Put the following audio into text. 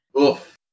Oof